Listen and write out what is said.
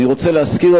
אני רוצה להזכיר,